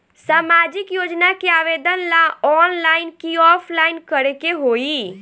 सामाजिक योजना के आवेदन ला ऑनलाइन कि ऑफलाइन करे के होई?